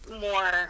more